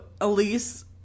Elise